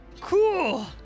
cool